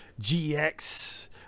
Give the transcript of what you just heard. gx